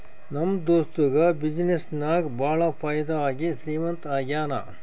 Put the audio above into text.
ನಮ್ ದೋಸ್ತುಗ ಬಿಸಿನ್ನೆಸ್ ನಾಗ್ ಭಾಳ ಫೈದಾ ಆಗಿ ಶ್ರೀಮಂತ ಆಗ್ಯಾನ